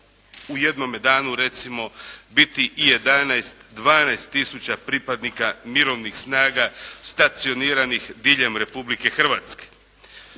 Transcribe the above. u jednome danu recimo, biti i 11, 12 tisuća pripadnika mirovnih strana stacioniranih diljem Republike Hrvatske.